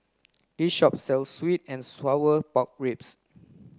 this shop sells sweet and sour pork ribs